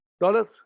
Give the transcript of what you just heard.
dollars